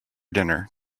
dinner